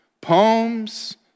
poems